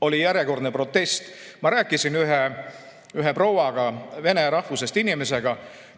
oli järjekordne protest, ma rääkisin ühe prouaga, vene rahvusest inimesega,